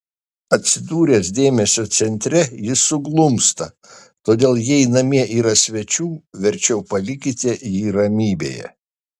atsidūręs dėmesio centre jis suglumsta todėl jei namie yra svečių verčiau palikite jį ramybėje